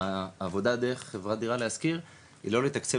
העבודה דרך חברת "דירה להשכיר" היא לא לתקצב